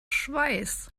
schweiß